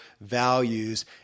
values